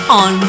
on